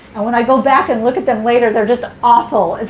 and when i go back and look at them later, they're just awful.